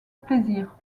plaisir